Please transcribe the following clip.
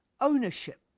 ownership